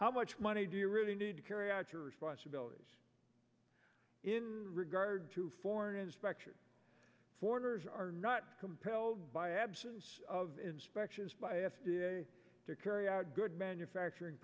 how much money do you really need to carry out your responsibilities in regard to foreigners foreigners are not compelled by absence of inspections by to carry out good manufacturing